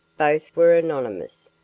both were anonymous.